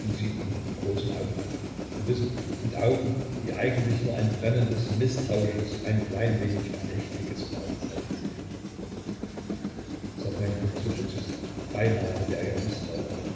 und sieht ihn mit großen augen an sie wissen mit augen die eigentlich nur ein brennendes mißtrauisches ein klein wenig verächtliches fragezeichen sind certain kommt sofort zu sich beinahe hätte er ihr mißtrauen geweckt